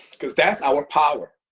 because that's our power.